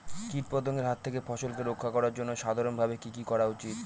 কীটপতঙ্গের হাত থেকে ফসলকে রক্ষা করার জন্য সাধারণভাবে কি কি করা উচিৎ?